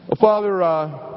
Father